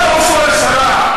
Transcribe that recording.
מהו שורש הרע?